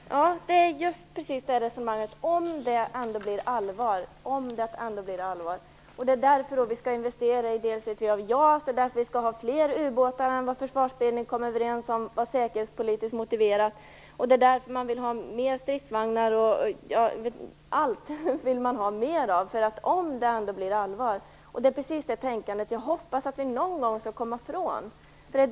Fru talman! Det är just precis det: om det ändå blir allvar. Därför skall vi investera i JAS, vi skall ha fler ubåtar än vad Försvarsberedningen kom fram till var säkerhetspolitiskt motiverat. Därför vill man ha fler stridsvagnar och allt annat. Det är precis det tänkandet jag hoppas att vi någon gång skall komma ifrån.